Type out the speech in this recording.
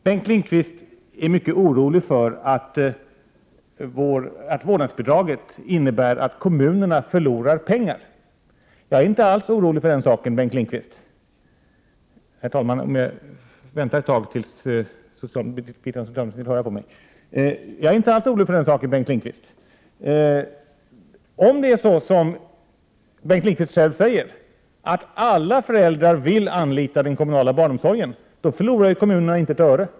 Bengt Lindqvist är mycket orolig för att vårdnadsbidraget innebär att kommunerna förlorar pengar. Jag är inte alls orolig för den saken, Bengt Lindqvist. Om det är så som Bengt Lindqvist själv säger, att alla föräldrar vill anlita den kommunala barnomsorgen, förlorar ju inte kommunerna ett enda öre.